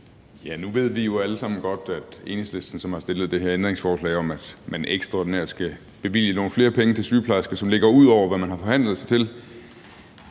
at det, der ligger til grund for, at Enhedslisten har stillet det her ændringsforslag om, at man ekstraordinært skal bevilge nogle flere penge til sygeplejersker – penge, som ligger ud over, hvad man har forhandlet sig til